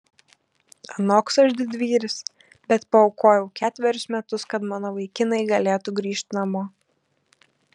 anoks aš didvyris bet paaukojau ketverius metus kad mano vaikinai galėtų grįžt namo